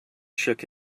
shook